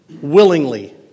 willingly